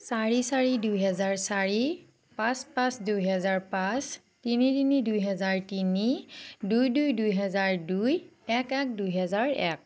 চাৰি চাৰি দুই হাজাৰ চাৰি পাঁচ পাঁচ দুই হাজাৰ পাঁচ তিনি তিনি দুই হাজাৰ তিনি দুই দুই দুই হাজাৰ দুই এক এক দুই হাজাৰ এক